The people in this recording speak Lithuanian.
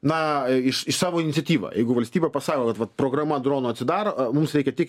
na iš savo iniciatyva jeigu valstybė pasako kad vat programa dronų atsidaro mums reikia tik